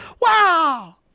Wow